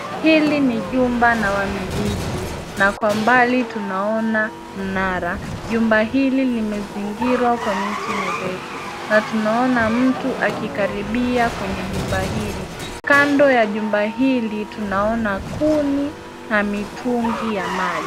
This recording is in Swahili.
Hili ni jumba la umiliki, kwa Mbali tunaona mnara .Jumba hili limezingirwa kwa miti mirefu. Na tunaona mtu akikaribia kwenye Jumba hili. Kando ya Jumba hili tunaona kuni na mitungi ya maji.